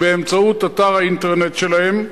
באמצעות אתר האינטרנט שלהן.